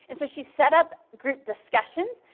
and so she set up group discussions,